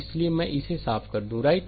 इसलिए मैं इसे साफ कर दूं राइट